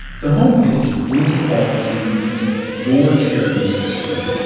the home page will default to the your charities screen,